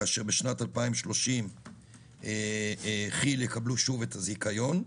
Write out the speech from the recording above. כאשר בשנת 2030 כי"ל יקבלו שוב את הזיכיון.